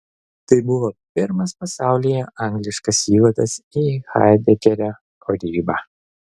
tai buvo pirmas pasaulyje angliškas įvadas į haidegerio kūrybą